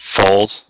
Fold